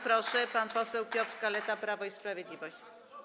Bardzo proszę, pan poseł Piotr Kaleta, Prawo i Sprawiedliwość.